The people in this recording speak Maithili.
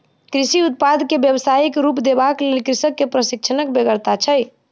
कृषि उत्पाद के व्यवसायिक रूप देबाक लेल कृषक के प्रशिक्षणक बेगरता छै